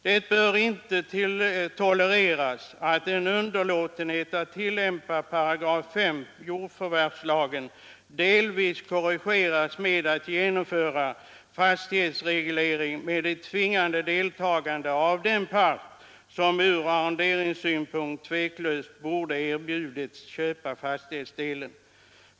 Det bör inte tolereras att underlåtenhet att tillämpa 5 § jordförvärvslagen delvis korrigeras med att genomföra fastighetsreglering med ett tvingande deltagande av den part som ur arronderingssynpunkt tveklöst borde ha erbjudits att köpa fastighetsdelen.